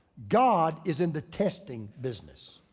god is in the testing business.